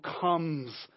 comes